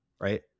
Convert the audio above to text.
Right